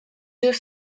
deux